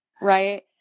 right